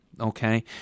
Okay